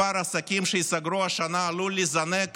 מספר העסקים שייסגרו השנה עלול לזנק